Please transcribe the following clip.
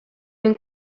ben